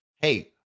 Hey